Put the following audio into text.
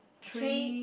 three